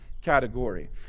category